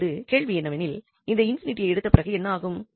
இப்பொழுது கேள்வி என்னவெனில் இந்த ∞ ஐ எடுத்த பிறகு என்ன ஆகும்